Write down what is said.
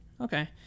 Okay